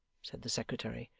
said the secretary,